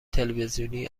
تلویزیونی